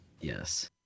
Yes